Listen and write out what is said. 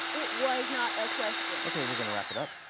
it was not a question. okay, we're gonna wrap it up.